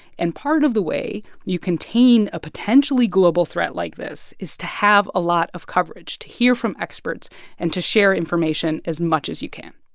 and part of the way you contain a potentially global threat like this is to have a lot of coverage, to hear from experts and to share information as much as you can